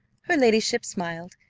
her ladyship smiled,